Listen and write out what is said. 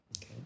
Okay